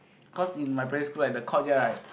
cause in my play school at the courtyard right